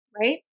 right